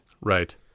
Right